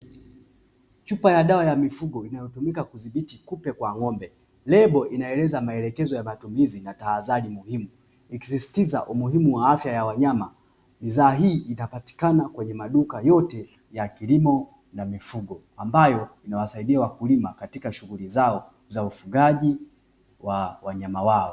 Chupa ya dawa ya mifugo inayotumika kudhibiti kupe kwa ng'ombe lebo inaeleza matumizi na tahadhari muhimu, ikisisitiza afya ya wanyama bidhaa hii itapatikana kwenye maduka yote ya kilimo na mifugo ambayo inawasaidia wakulima katika shughuli zao za ufugaji wa wanyama wao.